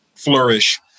flourish